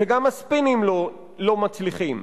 וגם הספינים לא מצליחים.